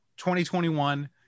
2021